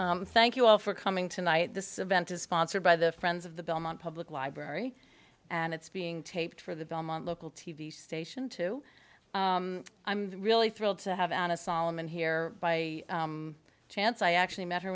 thank you all for coming tonight this event is sponsored by the friends of the belmont public library and it's being taped for the belmont local t v station two i'm really thrilled to have on a solemn and here by chance i actually met her